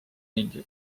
ning